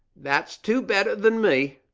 that's two better than me.